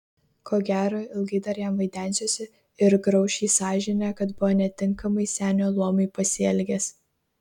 ko gero ilgai dar jam vaidensiuosi ir grauš jį sąžinė kad buvo netinkamai senio luomui pasielgęs